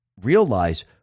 realize